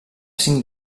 cinc